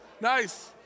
nice